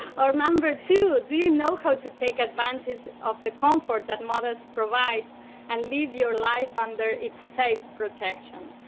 or number two, do you know how to take advantage of the comfort that modess provide and leave your life under its safe protection,